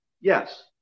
yes